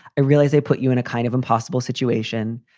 i realize they put you in a kind of impossible situation.